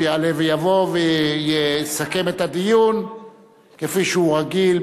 שיעלה ויבוא ויסכם את הדיון כפי שהוא רגיל,